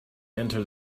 enter